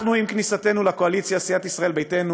עם כניסתנו לקואליציה סיעת ישראל ביתנו